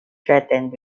threatened